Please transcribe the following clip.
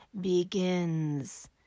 begins